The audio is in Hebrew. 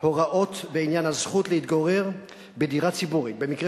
הוראות בעניין הזכות להתגורר בדירה ציבורית במקרה